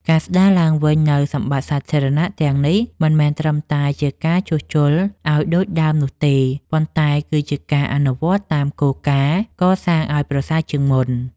ការស្តារឡើងវិញនូវសម្បត្តិសាធារណៈទាំងនេះមិនមែនត្រឹមតែជាការជួសជុលឱ្យដូចដើមនោះទេ ប៉ុន្តែគឺជាការអនុវត្តតាមគោលការណ៍ កសាងឱ្យប្រសើរជាងមុន។